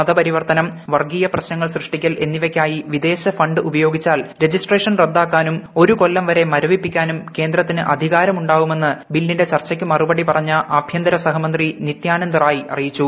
മതപരിവർത്തനം വർഗീയ പ്രശ്നങ്ങൾ സൃഷ്ടിക്കൽ എന്നിവയ്ക്കായി വിദേശ ഫണ്ട് ഉപയോഗിച്ചാൽ രജിസ്ട്രേഷൻ റദ്ദാക്കാനും ഒരു കൊല്ലംവരെ മരവിപ്പിക്കാനും കേന്ദ്രത്തിന് അധികാരമുണ്ടാവുമെന്ന് ബില്ലിന്റെ ചർച്ചുക്ക് മറുപടി പറഞ്ഞ ആഭ്യന്തരസഹമത്തിൽ ്തിത്യാനന്ദ് റായി അറിയിച്ചു